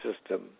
system